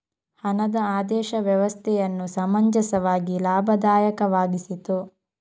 ಹಣದ ಆದೇಶ ವ್ಯವಸ್ಥೆಯನ್ನು ಸಮಂಜಸವಾಗಿ ಲಾಭದಾಯಕವಾಗಿಸಿತು